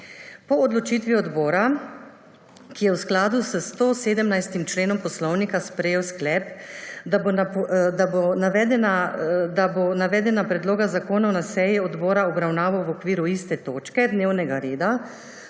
Po odločitvi odbora, ki je v skladu s 117. členom Poslovnika Državnega zbora sprejel sklep, da bo navedena predloga zakona na seji odbora obravnaval v okviru iste točke dnevnega reda